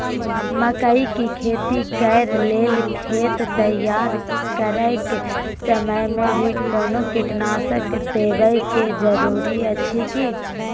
मकई के खेती कैर लेल खेत तैयार करैक समय मे भी कोनो कीटनासक देबै के जरूरी अछि की?